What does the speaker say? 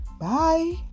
Bye